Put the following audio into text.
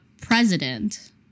president